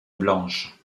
blanche